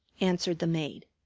answered the maid.